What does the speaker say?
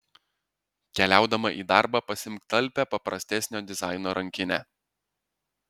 keliaudama į darbą pasiimk talpią paprastesnio dizaino rankinę